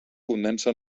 condensa